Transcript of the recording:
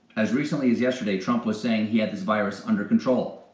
as recently as yesterday, trump was saying he had this virus under control.